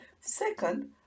Second